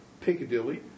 Piccadilly